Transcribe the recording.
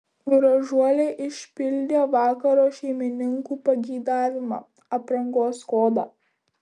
gražuolė išpildė vakaro šeimininkų pageidavimą aprangos kodą